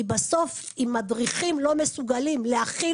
כי בסוף אם מדריכים לא מסוגלים להכיל